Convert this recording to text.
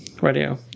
radio